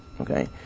Okay